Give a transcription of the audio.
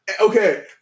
Okay